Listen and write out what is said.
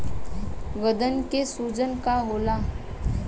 गदन के सूजन का होला?